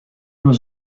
was